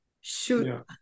shoot